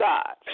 God